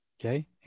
Okay